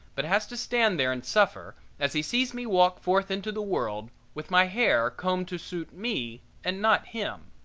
but has to stand there and suffer as he sees me walk forth into the world with my hair combed to suit me and not him.